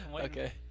Okay